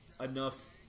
enough